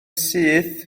syth